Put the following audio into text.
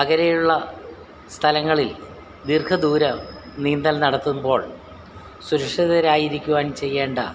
അങ്ങനെയുള്ള സ്ഥലങ്ങളിൽ ദീർഘദൂരം നീന്തൽ നടത്തുമ്പോൾ സുരക്ഷിതരായിരിക്കുവാൻ ചെയ്യേണ്ട